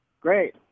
Great